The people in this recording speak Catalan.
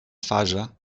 fase